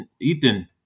Ethan